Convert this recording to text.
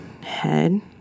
head